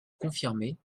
confirmé